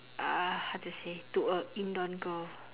uh how to say to a indon girl